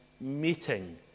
meeting